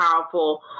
powerful